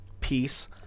peace